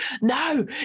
no